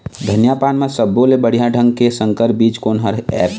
धनिया पान म सब्बो ले बढ़िया ढंग के संकर बीज कोन हर ऐप?